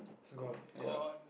gone !aiya!